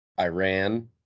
Iran